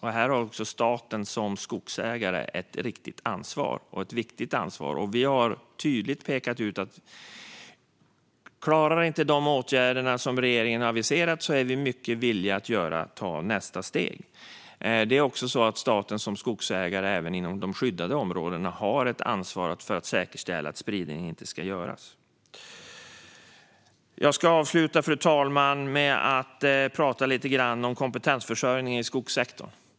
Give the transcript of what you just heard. Här har också staten som skogsägare ett riktigt och viktigt ansvar. Vi har tydligt pekat ut att om man inte klarar de åtgärder som regeringen har aviserat så är vi villiga att ta nästa steg. Staten som skogsägare har också inom de skyddade områdena ett ansvar för att säkerställa att spridning inte sker. Fru talman! Jag ska avsluta med att tala lite om kompetensförsörjningen i skogssektorn.